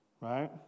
right